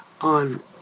on